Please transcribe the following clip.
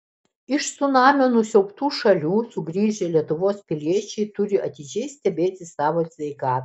iš cunamio nusiaubtų šalių sugrįžę lietuvos piliečiai turi atidžiai stebėti savo sveikatą